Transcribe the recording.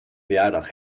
verjaardag